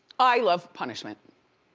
i love punishment.